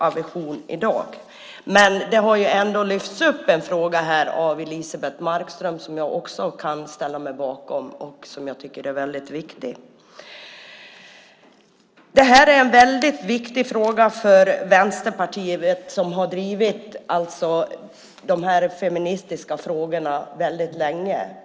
Elisebeht Markström har lyft upp en fråga som jag också tycker är väldigt viktig. Detta är en mycket viktig fråga för Vänsterpartiet. Vi har drivit de här feministiska frågorna väldigt länge.